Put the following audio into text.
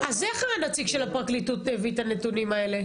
אז איך הנציג של הפרקליטות הביא את הנתונים האלה?